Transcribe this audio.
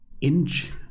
Inch